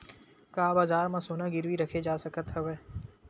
का बजार म सोना गिरवी रखे जा सकत हवय?